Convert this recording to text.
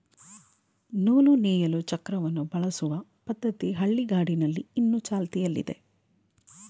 ನೂಲು ನೇಯಲು ಚಕ್ರವನ್ನು ಬಳಸುವ ಪದ್ಧತಿ ಹಳ್ಳಿಗಾಡಿನಲ್ಲಿ ಇನ್ನು ಚಾಲ್ತಿಯಲ್ಲಿದೆ